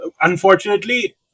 unfortunately